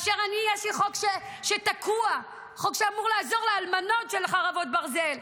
יש לי חוק תקוע שאמור לעזור לאלמנות של חרבות ברזל,